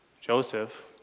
Joseph